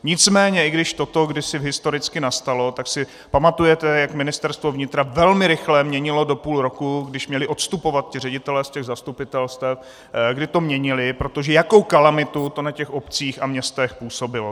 Nicméně i když toto kdysi historicky nastalo, tak si pamatujete, jak Ministerstvo vnitra velmi rychle měnilo do půl roku, když měli odstupovat ti ředitelé ze zastupitelstev, kdy to měnili, protože jakou kalamitu to na obcích a městech působilo?